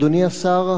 אדוני השר,